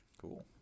Cool